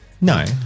No